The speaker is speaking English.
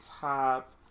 top